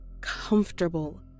comfortable